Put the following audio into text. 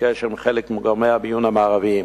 קשר עם חלק מגורמי הביון המערביים,